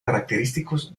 característicos